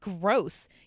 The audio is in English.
gross